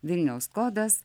vilniaus kodas